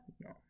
No